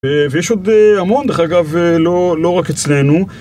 ויש עוד המון, דרך אגב, לא, לא רק אצלנו.